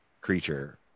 creature